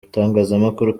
itangazamakuru